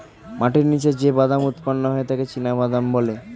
মাটির নিচে যে বাদাম উৎপন্ন হয় তাকে চিনাবাদাম বলা হয়